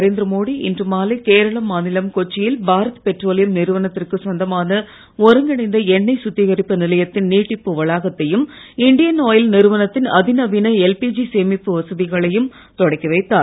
நரேந்திர மோடி இன்று மாலை கேரள மாநில் கொச்சி யில் பாரத் பெட்ரோலியம் நிறுவனத்திற்குச் சொந்தமான ஒருங்கிணைந்த எண்ணெய் சுத்திகரிப்பு நிலையத்தின் நீட்டிப்பு வளாகத்தையும் இண்டியன் ஆயில் நிறுவனத்தின் அதிநவீன எல்பிஜி சேமிப்பு வசதிகளையும் தொடக்கிவைத்தார்